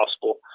possible